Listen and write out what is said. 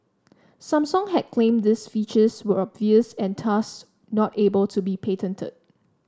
Samsung had claimed these features were obvious and thus not able to be patented